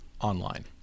online